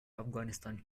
afghanistan